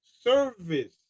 service